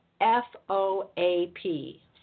F-O-A-P